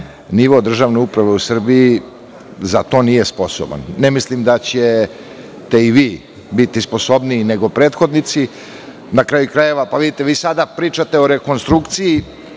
nivo državne uprave u Srbiji za to nije sposoban. Ne mislim da ćete vi biti sposobniji nego prethodnici. Na kraju krajeva, sada pričate o rekonstrukciji